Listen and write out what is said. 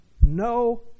no